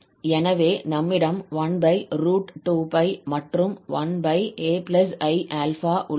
எனவே நம்மிடம் 12π மற்றும் 1ai∝ உள்ளது